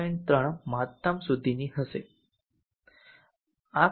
3V મહત્તમ સુધીની હશે